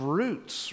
roots